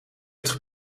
het